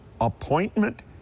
appointment